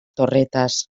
torretas